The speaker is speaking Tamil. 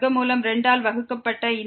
ε டிவைடெட் பை ஸ்கொயர் ரூட் 2